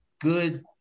good